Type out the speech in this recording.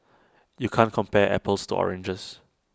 you can't compare apples to oranges